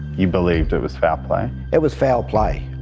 you believed it was foul play? it was foul play.